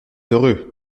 heureux